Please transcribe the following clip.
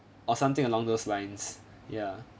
or something along those lines ya